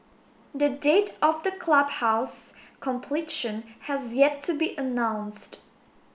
the date of the clubhouse's completion has yet to be announced